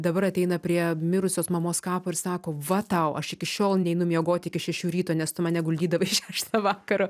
dabar ateina prie mirusios mamos kapo ir sako va tau aš iki šiol neinu miegot iki šešių ryto nes tu mane guldydavai šeštą vakaro